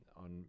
on